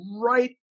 right